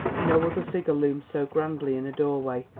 no other figure looms so grandly in a doorway,